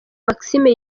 maxime